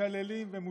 מקללים ומושחתים.